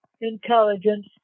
intelligence